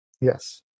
Yes